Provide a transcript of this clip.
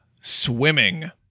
swimming